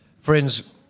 friends